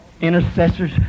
intercessors